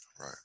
right